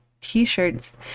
t-shirts